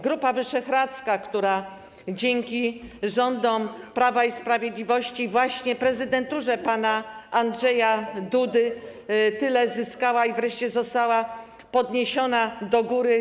Grupa Wyszehradzka, która dzięki rządom Prawa i Sprawiedliwości i właśnie prezydenturze pana Andrzeja Dudy tyle zyskała, wreszcie została podniesiona do góry.